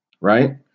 right